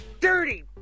Dirty